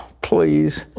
please.